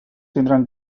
tindran